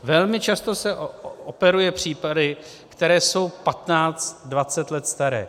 Velmi často se operuje případy, které jsou patnáct, dvacet let staré.